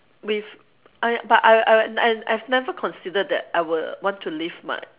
with I but I I I've never considered that I will want to leave my